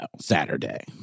Saturday